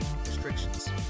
restrictions